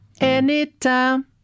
Anytime